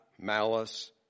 malice